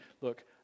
look